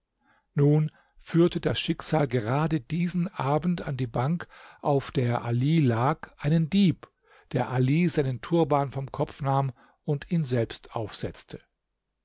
nun führte das schicksal gerade diesen abend an die bank auf der ali lag einen dieb der ali seinen turban vom kopf nahm und ihn selbst aufsetzte